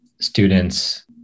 students